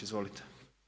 Izvolite.